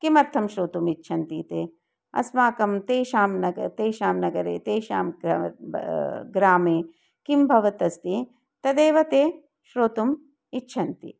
किमर्थं श्रोतुम् इच्छन्ति ते अस्माकं तेषां नगरस्य तेषां नगरे तेषां ग्रामे किं भवत् अस्ति तदेव ते श्रोतुम् इच्छन्ति